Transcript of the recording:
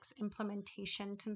Implementation